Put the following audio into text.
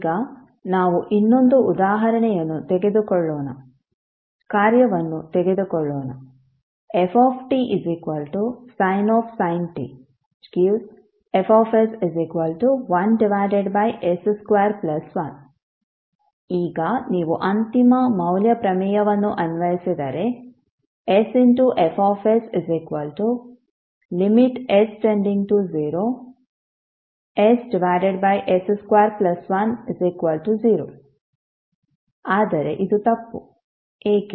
ಈಗ ನಾವು ಇನ್ನೊಂದು ಉದಾಹರಣೆಯನ್ನು ತೆಗೆದುಕೊಳ್ಳೋಣ ಕಾರ್ಯವನ್ನು ತೆಗೆದುಕೊಳ್ಳೋಣ ftsin t↔Fs1s21 ಈಗ ನೀವು ಅಂತಿಮ ಮೌಲ್ಯ ಪ್ರಮೇಯವನ್ನು ಅನ್ವಯಿಸಿದರೆ sFs s→0ss210 ಆದರೆ ಇದು ತಪ್ಪು ಏಕೆ